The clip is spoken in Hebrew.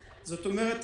זאת אומרת,